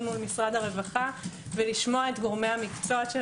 מול משרד הרווחה ולשמוע את גורמי המקצוע.